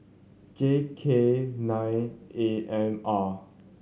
J K nine A M R